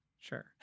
Sure